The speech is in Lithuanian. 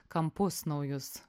kampus naujus